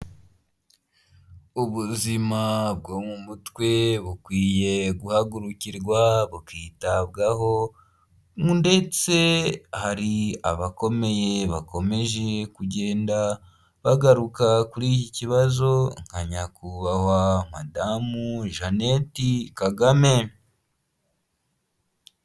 Ubuzima bwo mu mutwe bukwiye guhagurukirwa bakitabwaho, ndetse hari abakomeye bakomeje kugenda bagaruka kuri iki kibazo nka nyakubahwa madamu Jeannete Kagame.